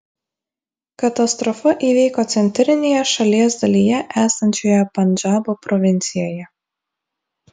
katastrofa įvyko centrinėje šalies dalyje esančioje pandžabo provincijoje